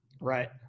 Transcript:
right